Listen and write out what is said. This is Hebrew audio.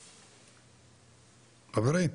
חברים,